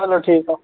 हलो ठीकु आहे